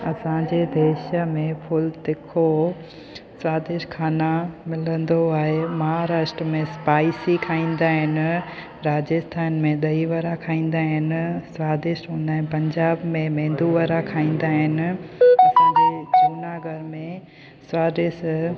असांजे देश में फुल तीखो स्वादिष्ट खाना मिलंदो आहे महाराष्ट्र में स्पाइसी खाईंदा आहिनि राजस्थान में दही वड़ा खाईंदा आहिनि स्वादिष्ट हूंदा आहिनि पंजाब में मेंदू वड़ा खाईंदा आहिनि असांजे जूनागढ़ में स्वादिष्ट